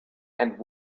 and